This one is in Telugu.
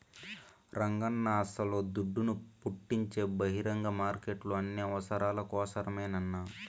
రంగన్నా అస్సల దుడ్డును పుట్టించే బహిరంగ మార్కెట్లు అన్ని అవసరాల కోసరమేనన్నా